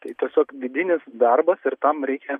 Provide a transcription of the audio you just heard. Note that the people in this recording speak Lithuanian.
tai tiesiog vidinis darbas ir tam reikia